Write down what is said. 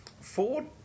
Ford